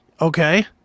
Okay